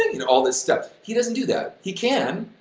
and all this stuff, he doesn't do that. he can,